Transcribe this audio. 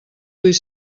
vull